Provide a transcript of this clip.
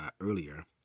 earlier